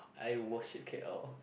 I was in K_L